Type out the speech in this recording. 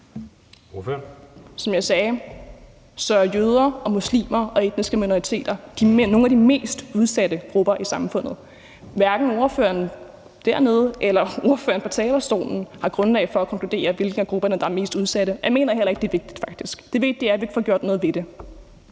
Som jeg sagde, er jøder, muslimer og etniske minoriteter nogle af de mest udsatte grupper i samfundet. Hverken ordføreren dernede eller ordføreren på talerstolen har grundlag for at konkludere, hvilke af grupperne der er mest udsatte, og jeg mener faktisk heller ikke, det er vigtigt. Det vigtige er, at vi får gjort noget ved det.